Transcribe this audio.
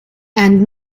and